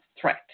threat